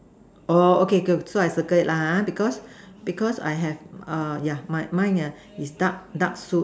oh okay okay so I circle it lah ha because because I have err yeah mine mine uh is is dark dark suit